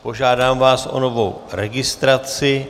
Požádám vás o novou registraci.